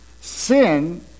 Sin